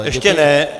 Ještě ne.